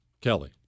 Kelly